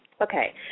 Okay